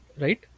right